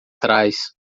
trás